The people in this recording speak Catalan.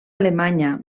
alemanya